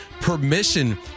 permission